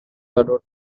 daughter